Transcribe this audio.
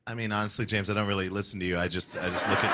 i mean honestly, james, i don't really listen to you. i just